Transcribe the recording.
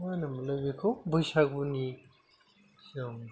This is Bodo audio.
मा होनोमोनलाय बेखौ बैसागुनि सम